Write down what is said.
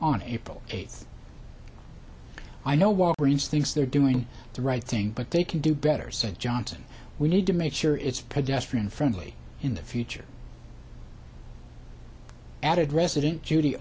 on april eighth i know walgreens thinks they're doing the right thing but they can do better said johnson we need to make sure it's pedestrian friendly in the future added resident